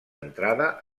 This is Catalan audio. entrada